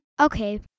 Okay